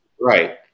right